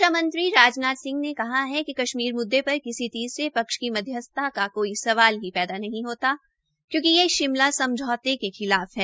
रक्षामंत्री राजनाथ ने कहा है कि कश्मीर मुद्दे पर किसी तीसरे पक्ष की मध्यस्थता का कोई सवाल ही पैदा नहीं होता है क्योंकि यह शिमला समझौजे के खिलाफ है